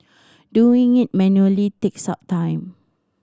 doing it manually takes up time